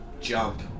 jump